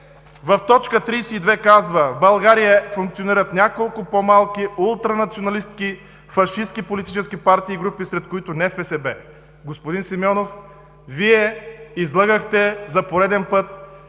В т. 32 се казва: „В България функционират няколко по-малки ултранационалистки фашистки политически партии и групи, сред които НСФБ.“ Господин Симеонов, Вие излъгахте за пореден път.